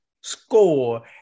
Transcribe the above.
score